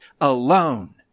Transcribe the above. alone